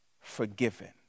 forgiven